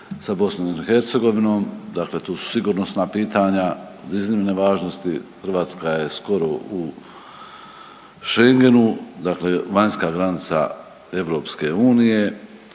sa BiH, dakle tu su sigurnosna pitanja od iznimne važnosti, Hrvatska je skoro u Schengenu, dakle vanjska granica EU, a svi